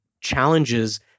challenges